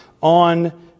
on